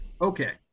Okay